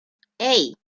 hey